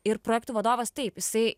ir projektų vadovas taip jisai